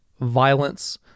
violence